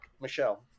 Michelle